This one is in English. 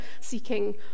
seeking